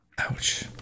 Ouch